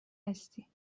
هستی